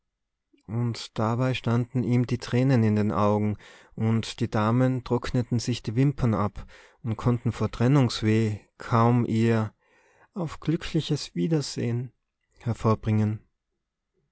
und dabei standen ihm die tränen in den augen und die damen trockneten sich die wimpern ab und konnten vor trennungsweh kaum ihr auf glückliches wiedersehen hervorbringen